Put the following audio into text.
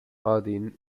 odin